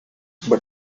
but